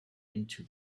into